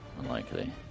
unlikely